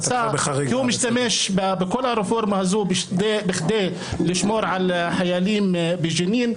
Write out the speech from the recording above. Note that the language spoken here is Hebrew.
הוא משתמש בכל הרפורמה הזאת בכדי לשמור על החיילים בג'נין.